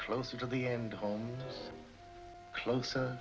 closer to the end home closer